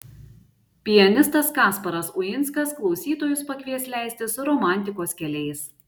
pianistas kasparas uinskas klausytojus pakvies leistis romantikos keliais